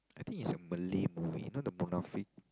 I think is a Malay movie you know the Munafik